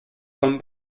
kommen